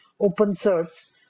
OpenSearch